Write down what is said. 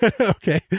Okay